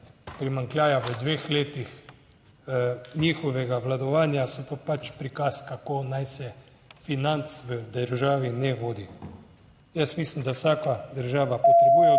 v dveh letih njihovega obvladovanja so pa pač prikaz, kako naj se financ v državi ne vodi. Jaz mislim, da vsaka država potrebuje odgovorno